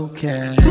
Okay